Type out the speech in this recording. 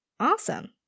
Awesome